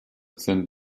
sind